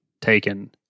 taken